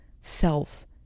self